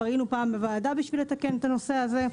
כבר היינו פעם בוועדה כדי לתקן את הנושא הזה.